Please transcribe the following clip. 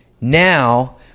Now